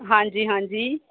ਹਾਂਜੀ ਹਾਂਜੀ